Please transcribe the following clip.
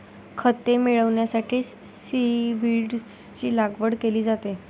खते मिळविण्यासाठी सीव्हीड्सची लागवड केली जाते